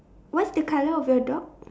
what's the colour of your dog